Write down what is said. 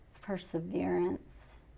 perseverance